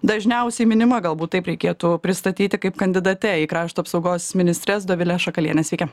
dažniausiai minima galbūt taip reikėtų pristatyti kaip kandidate į krašto apsaugos ministres dovile šakaliene sveiki